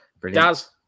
Brilliant